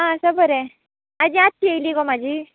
हांव आसां बरें आज याद शी येयली गो म्हजी